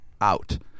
out